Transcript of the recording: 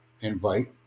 Invite